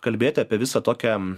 kalbėti apie visą tokią